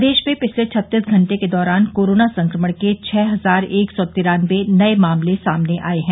प्रदेश में पिछले छत्तीस घंटे के दौरान कोरोना संक्रमण के छः हजार एक सौ तिरान्नबे नये मामले सामने आए हैं